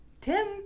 Tim